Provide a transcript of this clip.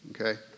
Okay